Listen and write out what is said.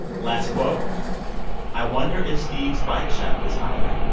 last quote i wonder if steve's bike shop is hiring.